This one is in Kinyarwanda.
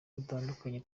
dutandukanye